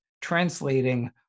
translating